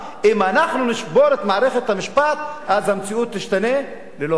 אם אנחנו נשבור את מערכת המשפט אז המציאות תשתנה ללא הכר.